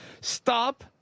stop